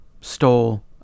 stole